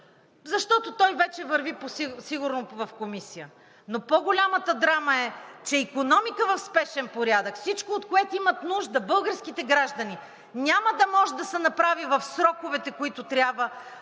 защото той вече върви сигурно в Комисия. Но по-голямата драма е, че икономика в спешен порядък – всичко, от което имат нужда българските граждани, няма да може да се направи в сроковете, които трябва,